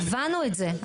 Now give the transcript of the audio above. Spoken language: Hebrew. הבנו את זה,